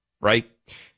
right